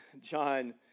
John